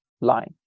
line